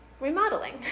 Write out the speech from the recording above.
remodeling